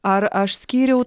ar aš skyriau